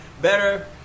better